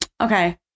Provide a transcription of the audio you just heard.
Okay